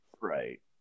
Right